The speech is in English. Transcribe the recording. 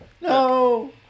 No